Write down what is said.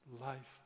life